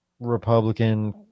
Republican